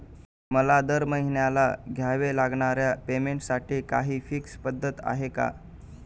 मला दरमहिन्याला द्यावे लागणाऱ्या पेमेंटसाठी काही फिक्स पद्धत आहे का?